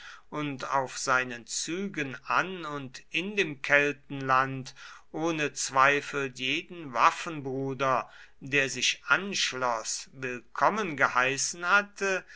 und auf seinen zügen an und in dem keltenland ohne zweifel jeden waffenbruder der sich anschloß willkommen geheißen hatte